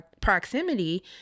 proximity